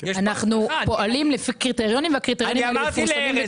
אנחנו פועלים לפי קריטריונים והקריטריונים מפורסמים וגלויים.